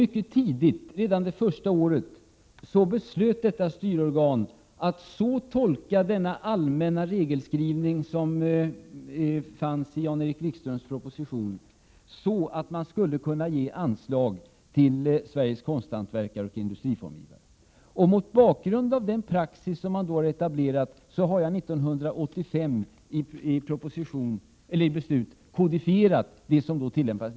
Mycket tidigt, redan första året, beslöt detta styrorgan att så tolka den allmänna regelskrivning som fanns i Jan-Erik Wikströms proposition att man skulle kunna ge anslag till Sveriges konsthantverkare och industriformgivare. Mot bakgrund av den praxis man då etablerat har jag i beslut 1985 kodifierat det som då tillämpades.